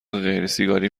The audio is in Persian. غیرسیگاری